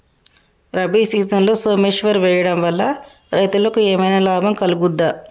రబీ సీజన్లో సోమేశ్వర్ వేయడం వల్ల రైతులకు ఏమైనా లాభం కలుగుద్ద?